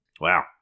Wow